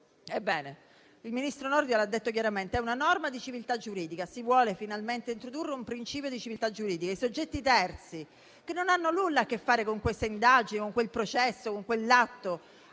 Ebbene, il ministro Nordio l'ha detto chiaramente: si vuole finalmente introdurre un principio di civiltà giuridica. I soggetti terzi, che non hanno nulla a che fare con quelle indagini, con quel processo o con quell'atto,